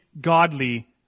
godly